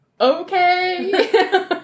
okay